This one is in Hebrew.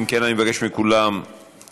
אם כן, אני מבקש מכולם לשבת.